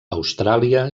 austràlia